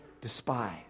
despise